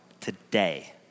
today